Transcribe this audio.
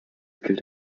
gilt